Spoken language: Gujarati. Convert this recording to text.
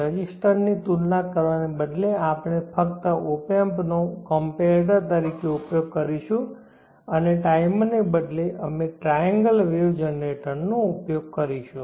રજિસ્ટર ની તુલના કરવાને બદલે આપણે ફક્ત ઓપેમ્પ નો કંપેરેટર તરીકે ઉપયોગ કરીશું અને ટાઈમરને બદલે અમે ટ્રાયેન્ગલ વેવ જનરેટર નો ઉપયોગ કરીશું